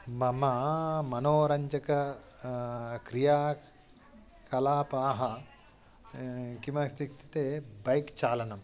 मम मनोरञ्जकाः क्रियाकलापाः किमस्ति इत्युक्ते बैक् चालनं